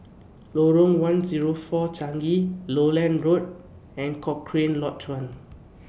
Lorong one Zero four Changi Lowland Road and Cochrane Lodge one